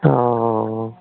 অঁ